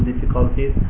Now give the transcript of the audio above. difficulties